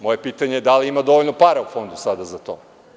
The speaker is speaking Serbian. Moje pitanje – da li ima dovoljno para u fondu sada za to?